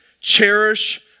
cherish